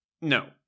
No